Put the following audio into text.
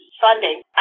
funding